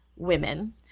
Women